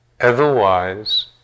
Otherwise